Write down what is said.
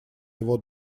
его